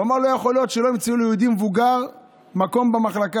הוא אמר שלא יכול להיות שלא ימצאו ליהודי מבוגר מקום במחלקה.